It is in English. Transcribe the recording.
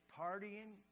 partying